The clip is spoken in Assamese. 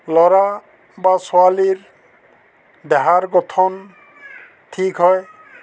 ল'ৰা বা ছোৱালীৰ দেহাৰ গঠন ঠিক হয়